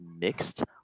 mixed